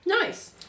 Nice